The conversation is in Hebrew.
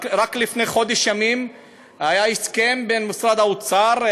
רק לפני חודש ימים היה הסכם בין משרד האוצר,